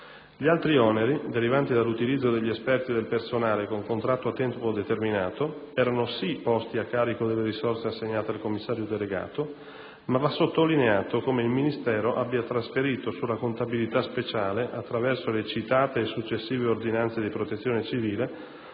Gli altri oneri, derivanti dall'utilizzo degli esperti e del personale con contratto a tempo determinato, erano sì posti a carico delle risorse assegnate al commissario delegato, ma va sottolineato come il Ministero abbia trasferito sulla contabilità speciale, attraverso le citate e successive ordinanze di Protezione civile,